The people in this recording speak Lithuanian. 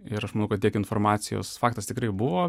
ir aš manau kad tiek informacijos faktas tikrai buvo